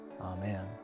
amen